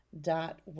dot